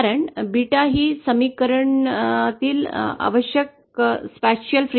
कारण 𝜷 ही समीकरणातील अवकाशीय वारंवारता आहे